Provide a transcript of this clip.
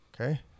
Okay